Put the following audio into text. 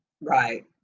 Right